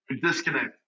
disconnect